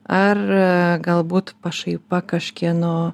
ar galbūt pašaipa kažkieno